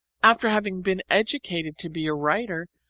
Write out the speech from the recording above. after having been educated to be a writer,